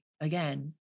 again